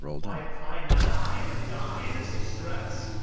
why pine not i, and die in this distress?